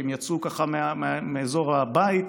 כי הם יצאו מאזור הבית,